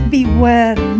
Beware